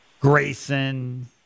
Grayson